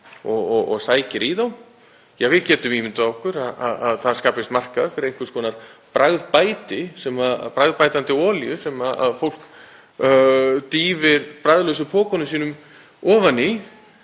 og sækir í þá? Við getum ímyndað okkur að það skapist markaður fyrir einhvers konar bragðbæti, bragðbætandi olíu sem fólk dýfir bragðlausu pokunum sínum ofan í